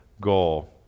goal